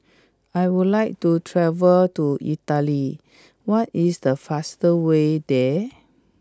I would like to travel to Italy what is the fastest way there